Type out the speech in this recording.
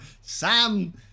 Sam